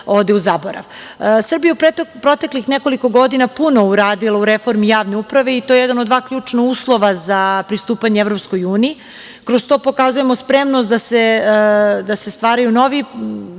ode u zaborav. Srbija je proteklih nekoliko godina puno uradila u reformi javne uprave i to je jedan od dva ključna uslova za pristupanje Evropskoj uniji. Kroz to pokazujemo spremnost da se stvaraju novi